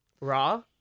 Raw